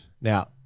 Now